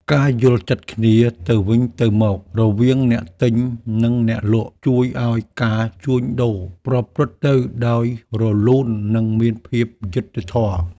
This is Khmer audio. ការយល់ចិត្តគ្នាទៅវិញទៅមករវាងអ្នកទិញ និងអ្នកលក់ជួយឱ្យការជួញដូរប្រព្រឹត្តិទៅដោយរលូននិងមានភាពយុត្តិធម៌។